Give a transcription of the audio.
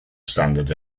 standard